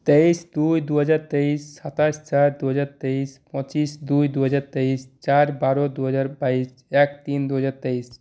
তেইশ দুই দুহাজার তেইশ সাতাশ চার দুহাজার তেইশ পঁচিশ দুই দুহাজার তেইশ চার বারো দুহাজার বাইশ এক তিন দুহাজার তেইশ